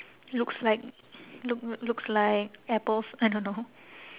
looks like look looks like apples I don't know